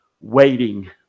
waiting